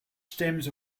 stems